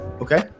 Okay